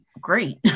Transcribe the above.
great